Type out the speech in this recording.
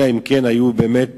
אלא אם כן היו באמת